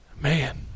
Man